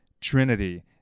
Trinity